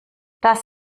das